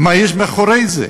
מה יש מאחורי זה?